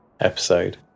episode